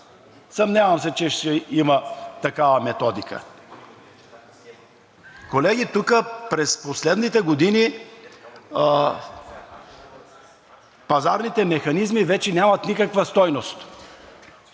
Съмнявам се, че ще има такава методика. Колеги, през последните години тук пазарните механизми вече нямат никаква стойност.